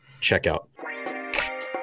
checkout